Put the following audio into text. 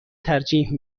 ترجیح